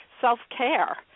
self-care